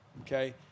Okay